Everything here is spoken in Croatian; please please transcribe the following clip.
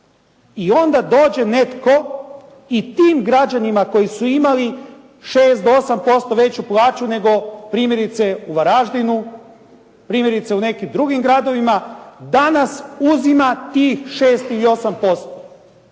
i onda dođe netko i tim građanima koji su imali 6 do 8% veću plaću nego primjerice u Varaždinu, primjerice u nekim drugim gradovima, danas uzima tih 6 ili 8%.